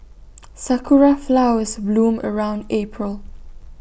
Sakura Flowers bloom around April